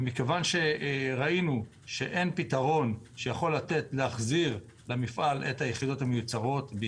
מכיוון שראינו שאין פתרון שיכול להחזיר למפעל את היחידות המיוצרות,